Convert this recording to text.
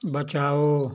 बचाओ